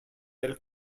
del